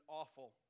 awful